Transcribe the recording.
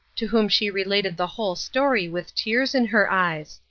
to whom she related the whole story with tears in her eyes.